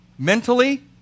Mentally